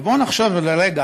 בואו נחשוב לרגע,